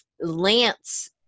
Lance